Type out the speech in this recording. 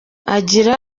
agira